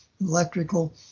electrical